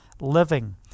living